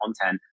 content